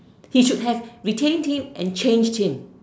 he should have retained him and changed him